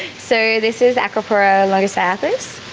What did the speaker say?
so this is acropora longicyathus,